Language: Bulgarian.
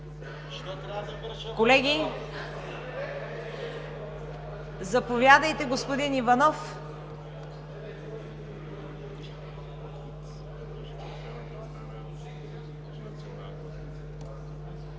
Колеги! Заповядайте, господин Иванов.